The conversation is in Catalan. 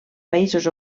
països